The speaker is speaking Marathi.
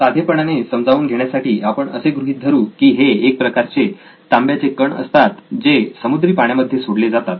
साधेपणाने समजावून घेण्यासाठी आपण असे गृहीत धरू की हे एक प्रकारचे तांब्याचे कण असतात जे समुद्री पाण्यामध्ये सोडले जातात